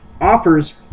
offers